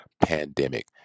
pandemic